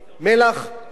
חלב ומוצריו,